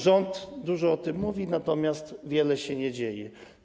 Rząd dużo o tym mówi, natomiast wiele się nie dzieje.